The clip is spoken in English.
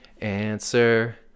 answer